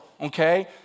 okay